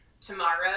tomorrow